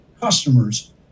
customers